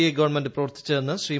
A government പ്രവർത്തിച്ചതെന്ന് ശ്രീ